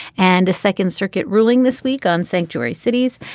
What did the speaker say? and a second circuit ruling this week on sanctuary cities.